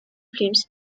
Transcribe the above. films